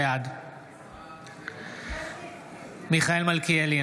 בעד מיכאל מלכיאלי,